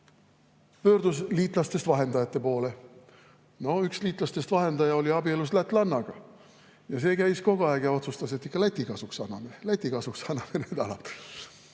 pöördus liitlastest vahendajate poole. Üks liitlastest vahendaja oli abielus lätlannaga, see käis kogu aeg ja otsustas, et ikka Läti kasuks anname need alad.